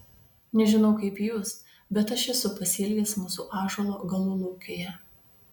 nežinau kaip jūs bet aš esu pasiilgęs mūsų ąžuolo galulaukėje